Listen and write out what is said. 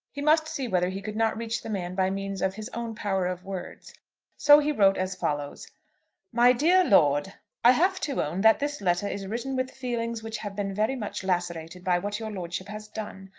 he must see whether he could not reach the man by means of his own power of words so he wrote as follows my dear lord i have to own that this letter is written with feelings which have been very much lacerated by what your lordship has done.